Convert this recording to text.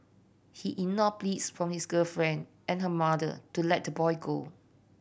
he ignored pleas from his girlfriend and her mother to let the boy go